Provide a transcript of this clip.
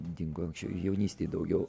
dingo anksčiau jaunystėje daugiau